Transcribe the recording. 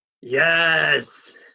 Yes